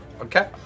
Okay